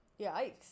Yikes